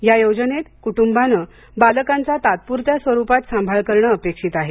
या योजनेत कुटुंबानं बालकांचा तात्पुरत्या स्वरूपात सांभाळ करणं अपेक्षित आहे